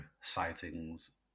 sightings